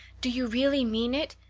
do you really mean it?